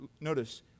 notice